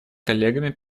коллегами